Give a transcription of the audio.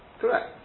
correct